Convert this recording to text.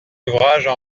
ouvrages